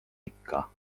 ikka